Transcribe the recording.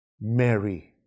Mary